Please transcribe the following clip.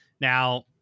now